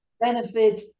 benefit